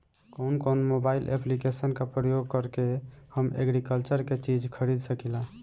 कउन कउन mobile application का प्रयोग करके हम एग्रीकल्चर के चिज खरीद सकिला?